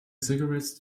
cigarettes